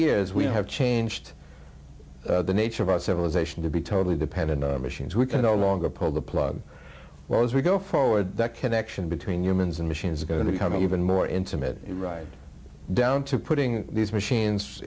years we have changed the nature of our civilization to be totally dependent on machines we can no longer pull the plug or as we go forward that connection between humans and machines is going to become even more intimate right down to putting these machines